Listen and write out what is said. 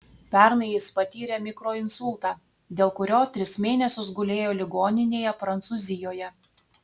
pernai jis patyrė mikroinsultą dėl kurio tris mėnesius gulėjo ligoninėje prancūzijoje